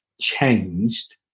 changed